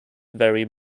vary